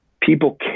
People